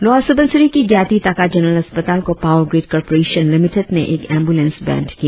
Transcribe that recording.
lower Subansiri के Gyati Taka general अस्पताल को पावर ग्रीड कॉरपोरेशन लिमिटेड ने एक ऐंबुलेंस भेंट की